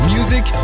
Music